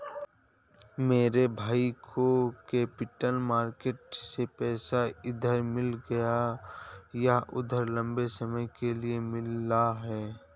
मेरे भाई को कैपिटल मार्केट से पैसा उधार मिल गया यह उधार लम्बे समय के लिए मिला है